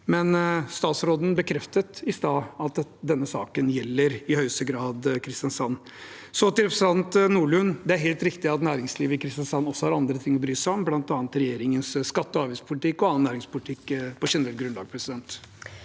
Statsråden bekreftet i stad at denne saken i høyeste grad gjelder Kristiansand. Så til representanten Nordlund: Det er helt riktig at næringslivet i Kristiansand også har andre ting å bry seg om, bl.a. regjeringens skatte- og avgiftspolitikk og annen næringspolitikk på generelt grunnlag. Torgeir